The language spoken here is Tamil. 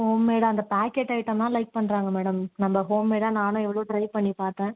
ஹோம்மேடு அந்த பாக்கெட் ஐட்டம் தான் லைக் பண்ணுறாங்க மேடம் நம்ப ஹோம்மேடாக நானும் எவ்வளோ ட்ரை பண்ணிப் பார்த்தேன்